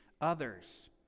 others